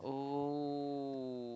oh